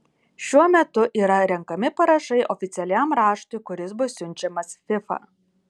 šiuo metu yra renkami parašai oficialiam raštui kuris bus siunčiamas fifa